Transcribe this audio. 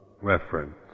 reference